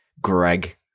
Greg